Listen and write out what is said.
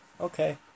okay